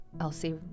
Elsie